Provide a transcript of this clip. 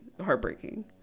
heartbreaking